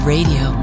Radio